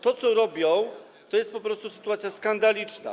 To, co robią, to jest po prostu sytuacja skandaliczna.